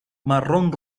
marrón